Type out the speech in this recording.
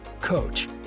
coach